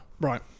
Right